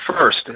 first